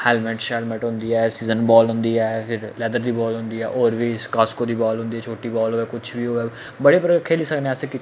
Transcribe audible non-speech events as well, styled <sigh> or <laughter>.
helmet शेलमेंट होंदी ऐ <unintelligible> बाल होंदी ऐ इक लैदर दी बाल होंदी ऐ होर बी कास्को दी बाल होंदी छोटी बाल होऐ कुछ बी होऐ बड़े बड़े खेली सकने आं अस